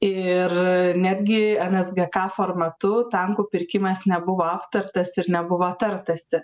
ir netgi nsgk formatu tankų pirkimas nebuvo aptartas ir nebuvo tartasi